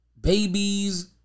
babies